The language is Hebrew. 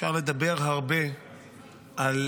אפשר לדבר הרבה על,